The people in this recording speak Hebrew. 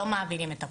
לא מעבירים את הפונה.